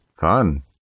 Fun